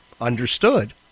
understood